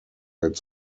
its